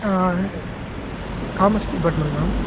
ah commerce department ma'am